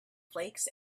flakes